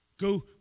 Go